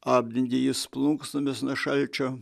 apdengė jis plunksnomis nuo šalčio